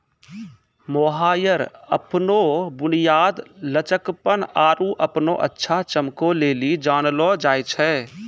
mohair अपनो बुनियाद, लचकपन आरु अपनो अच्छा चमको लेली जानलो जाय छै